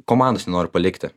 komandos nenoriu palikti